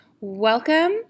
welcome